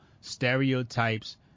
stereotypes